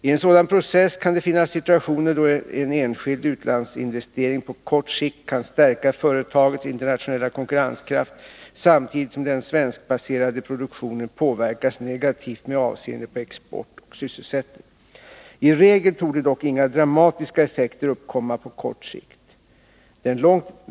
I en sådan process kan det finnas situationer då en enskild utlandsinvestering på kort sikt kan stärka företagets internationella konkurrenskraft samtidigt som den svenskbaserade produktionen påverkas negativt med avseende på export och sysselsättning. I regel torde dock inga dramatiska effekter uppkomma på kort sikt.